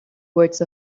words